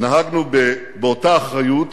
נהגנו באותה אחריות